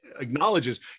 acknowledges